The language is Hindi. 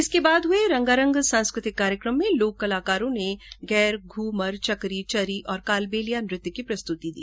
इसके बाद हुये रंगारंग सांस्कृतिक कार्यक्रम में लोक कलाकारों ने गैर घूमर चकरी चरी और कालबेलिया नृत्य प्रस्तुति दी